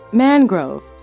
mangrove